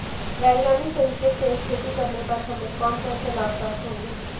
वैज्ञानिक तरीके से खेती करने पर हमें कौन कौन से लाभ प्राप्त होंगे?